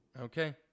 Okay